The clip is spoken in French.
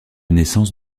naissance